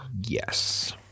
Yes